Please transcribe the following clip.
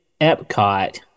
Epcot